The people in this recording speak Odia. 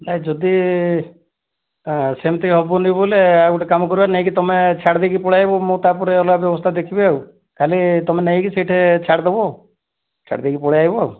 ନାଇଁ ଯଦି ସେମିତି ହେବନି ବଲେ ଆଉ ଗୋଟେ କାମ କରିବା ନେଇକି ଆମେ ଛାଡ଼ି ଦେଇକି ପଳାଇ ଆସିବି ମୁଁ ତା'ପରେ ଅଲଗା ବ୍ୟବସ୍ତା ଦେଖିବି ଆଉ ଖାଲି ତୁମେ ନେଇକି ସେଇଠି ଛାଡ଼ି ଦେବ ଆଉ ଛାଡି ଦେଇକି ପଳାଇ ଆସିବ ଆଉ